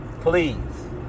please